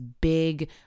big